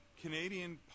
Canadian